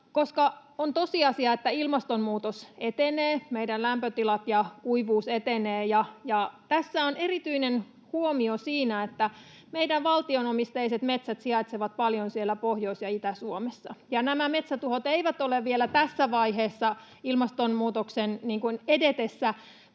on tosiasia, että ilmastonmuutos etenee, meillä lämpötilat ja kuivuus etenevät. Ja tässä on erityinen huomio siinä, että meidän valtio-omisteiset metsät sijaitsevat paljon siellä Pohjois- ja Itä-Suomessa ja nämä metsätuhot eivät ole vielä tässä vaiheessa ilmastonmuutoksen edetessä